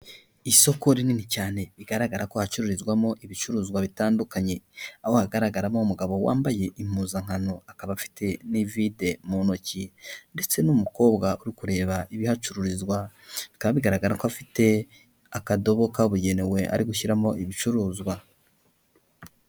Isoko rinini cyane bigaragara ko hacururizwamo ibicuruzwa bitandukanye, aho hagaragaramo umugabo wambaye impuzankano akaba afite n'ivide mu ntoki ndetse n'umukobwa uri kureba ibihacururizwa, bikaba bigaragara ko afite akadobo kabugenewe ari gushyiramo ibicuruzwa.